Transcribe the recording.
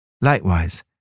Likewise